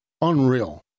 Unreal